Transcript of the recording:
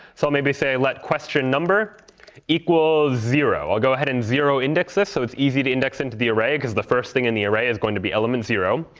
so maybe say, let question number equal zero. i'll go ahead and zero index this so it's easy to index into the array, because the first thing in the array is going to be element zero.